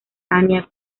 anya